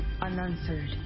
unanswered